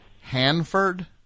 Hanford